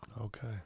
Okay